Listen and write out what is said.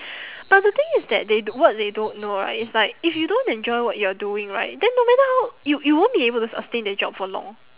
but the thing is that they d~ what they don't know right is like if you don't enjoy what you're doing right then no matter how you you won't be able to sustain that job for long